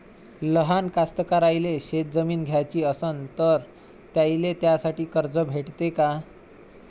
लहान कास्तकाराइले शेतजमीन घ्याची असन तर त्याईले त्यासाठी कर्ज भेटते का?